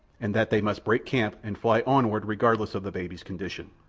and that they must break camp and fly onward regardless of the baby's condition.